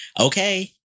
Okay